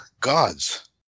gods